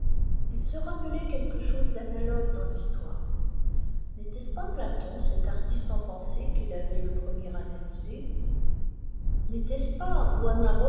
il se rappelait quelque chose d'analogue dans l'histoire n'était-ce pas platon cet artiste en pensées qui l'avait le premier analysé n'était-ce pas